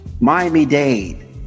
Miami-Dade